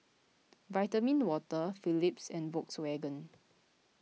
Vitamin Water Philips and Volkswagen